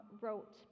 wrote